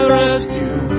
rescue